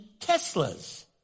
Teslas